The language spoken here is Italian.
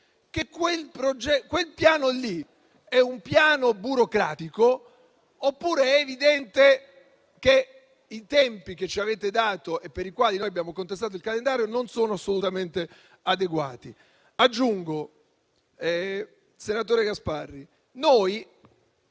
che quello è un piano burocratico, oppure è evidente che i tempi che ci avete dato e per i quali noi abbiamo contestato il calendario non sono assolutamente adeguati. Aggiungo che noi